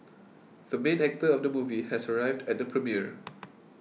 the main actor of the movie has arrived at the premiere